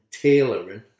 tailoring